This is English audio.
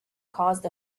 caused